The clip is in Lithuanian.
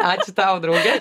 ačiū tau drauge